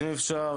אם אפשר